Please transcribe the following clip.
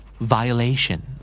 Violation